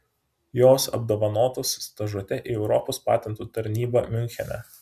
jos apdovanotos stažuote į europos patentų tarnybą miunchene